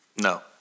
No